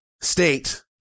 state